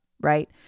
right